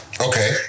Okay